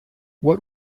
what